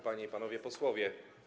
Panie i Panowie Posłowie!